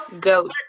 goat